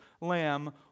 lamb